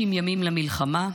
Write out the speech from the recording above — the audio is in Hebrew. למלחמה,